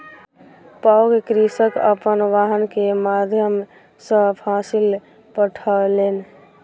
पैघ कृषक अपन वाहन के माध्यम सॅ फसिल पठौलैन